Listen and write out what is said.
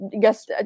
guess